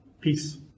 Peace